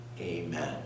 amen